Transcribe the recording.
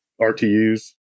rtus